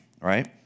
right